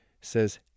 says